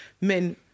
men